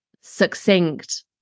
succinct